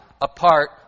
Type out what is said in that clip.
apart